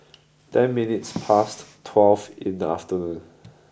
ten minutes past twelve in the afternoon